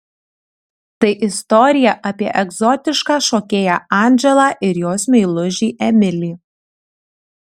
tai istorija apie egzotišką šokėją andželą ir jos meilužį emilį